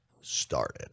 started